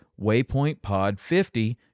waypointpod50